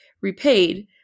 repaid